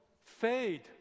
fade